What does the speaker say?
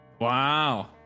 Wow